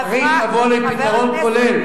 עברה, צריך לבוא לפתרון כולל.